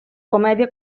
comèdia